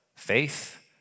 Faith